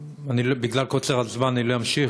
בגלל קוצר הזמן אני לא אמשיך,